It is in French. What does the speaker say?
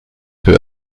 peu